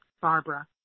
Barbara